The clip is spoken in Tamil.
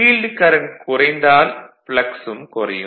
ஃபீல்டு கரண்ட் குறைந்தால் ப்ளக்ஸ் ம் குறையும்